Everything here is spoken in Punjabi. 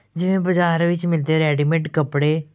ਜਿਵੇਂ ਬਜ਼ਾਰ ਵਿੱਚ ਮਿਲਦੇ ਰੈਡੀਮੇਡ ਕੱਪੜੇ